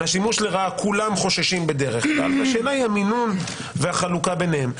מהשימוש לרעה כולם חוששים בדרך כלל והשאלה היא המינון והחלוקה ביניהם.